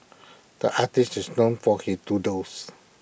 the artist is known for his doodles